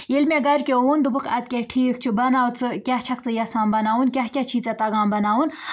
ییٚلہِ مےٚ گَرِکٮ۪و ووٚن دوٚپُکھ اَدٕ کیٛاہ ٹھیٖک چھُ بناو ژٕ کیٛاہ چھکھ ژٕ یژھان بَناوُن کیٛاہ کیٛاہ چھِی ژےٚ تگان بناوُن